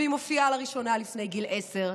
והיא מופיעה לראשונה לפני גיל עשר.